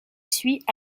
suit